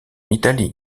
italie